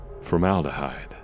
Formaldehyde